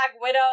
Widow